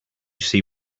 see